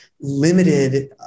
limited